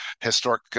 historic